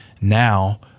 Now